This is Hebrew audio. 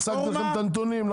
הצגתי לכם את הנתונים,